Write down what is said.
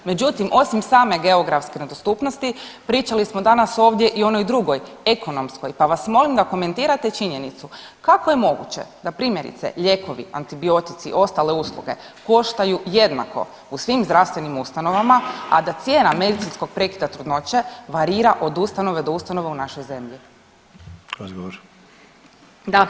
Međutim, osim same geografske nedostupnosti pričali smo danas ovdje i o onoj drugoj ekonomskoj, pa vas molim da komentirate činjenicu kako je moguće da primjerice lijekovi, antibiotici i ostale usluge koštaju jednako u svim zdravstvenim ustanovama, a da cijena medicinskog prekida trudnoće varira od ustanove do ustanove u našoj zemlji?